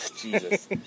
Jesus